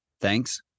Thanks